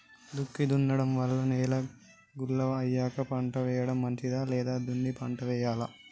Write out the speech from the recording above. దుక్కి దున్నడం వల్ల నేల గుల్ల అయ్యాక పంట వేయడం మంచిదా లేదా దున్ని పంట వెయ్యాలా?